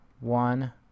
one